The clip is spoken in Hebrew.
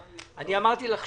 שהבעיה הזאת אכן תיפתר